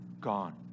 gone